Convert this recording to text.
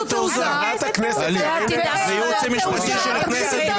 זה הייעוץ המשפטי של הכנסת,